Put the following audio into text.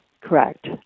Correct